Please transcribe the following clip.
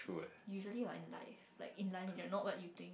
usually what in life like in life you are not what you think